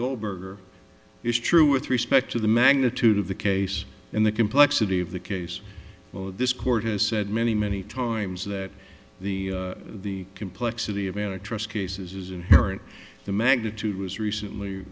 goldberger is true with respect to the magnitude of the case and the complexity of the case though this court has said many many times that the the complexity of an address cases is inherent the magnitude was recently